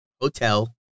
hotel